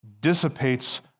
dissipates